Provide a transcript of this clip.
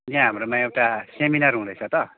यहाँ हाम्रोमा एउटा सेमिनार हुँदैछ त